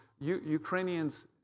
Ukrainians